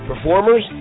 performers